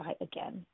again